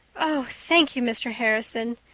oh, thank you, mr. harrison.